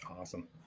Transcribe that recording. Awesome